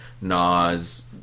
Nas